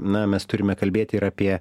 na mes turime kalbėti ir apie